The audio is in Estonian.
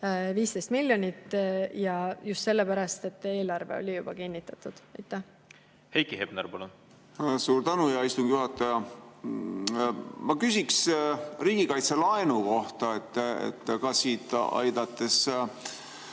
15 miljonit. Just sellepärast, et eelarve oli juba kinnitatud. Heiki Hepner, palun! Suur tänu, hea istungi juhataja! Ma küsiks riigikaitselaenu kohta, aidates